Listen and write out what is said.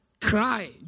cry